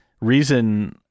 Reason